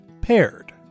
Paired